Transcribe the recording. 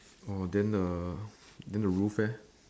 oh then the then the roof eh